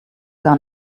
gar